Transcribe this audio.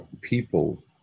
people